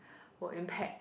will impact